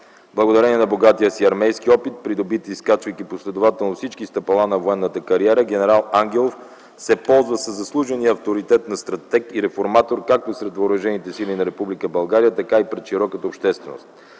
Благодарение на богатия си армейски опит, придобит изкачвайки последователно всички стъпала на военната кариера, ген. Ангелов се ползва със заслужения авторитет на стратег и реформатор както сред Въоръжените сили на Република България, така и пред широката общественост.